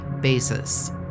basis